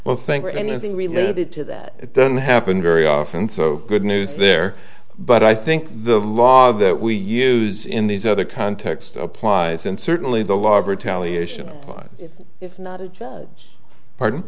well think or anything related to that it doesn't happen very often so good news there but i think the law that we use in these other contexts applies and certainly the law of retaliation applies if not a chance pardon